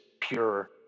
pure